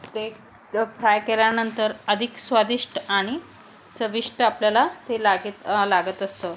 ते फ्राय केल्यानंतर अधिक स्वादिष्ट आणि चविष्ट आपल्याला ते लागेत लागत असतं